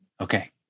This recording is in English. Okay